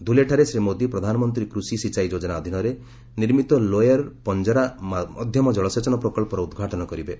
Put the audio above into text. ଧୁଲେଠାରେ ଶ୍ରୀ ମୋଦି ପ୍ରଧାନମନ୍ତ୍ରୀ କୃଷି ସିଚାଇ ଯୋକନା ଅଧୀନରେ ନିର୍ମିତ ଲୋୟର୍ ପଞ୍ଜାରା ମଧ୍ୟମ ଜଳସେଚନ ପ୍ରକଳ୍ପର ଉଦ୍ଘାଟନ କରିବେ